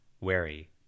wary